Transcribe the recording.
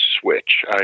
switch